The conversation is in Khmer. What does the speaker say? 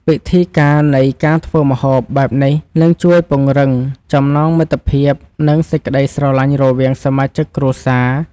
ពិធីការនៃការធ្វើម្ហូបបែបនេះនឹងជួយពង្រឹងចំណងមិត្តភាពនិង សេចក្តីស្រឡាញ់រវាងសមាជិកគ្រួសារ។